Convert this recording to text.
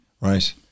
Right